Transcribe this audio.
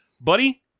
buddy